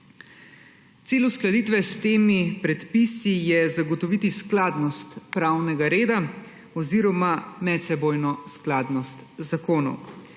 Cilj uskladitve s temi predpisi je zagotoviti skladnost pravnega reda oziroma medsebojno skladnost zakonov.